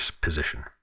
position